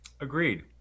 Agreed